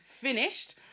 finished